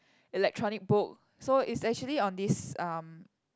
electronic book so it's actually on this um